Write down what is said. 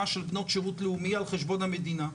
של בנות שירות לאומי על חשבון המדינה.